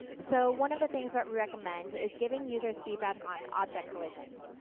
so one of the things we recommend is giving users feedback on object collisions.